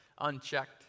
unchecked